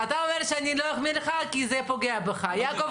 לא יוטל עליו עיצום כספי בשל אותה הפרה,